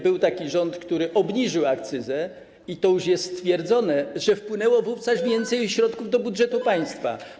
Był taki rząd, który obniżył akcyzę, i to już jest stwierdzone, że wpłynęło wówczas więcej środków do budżetu państwa.